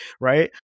right